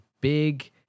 big